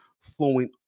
flowing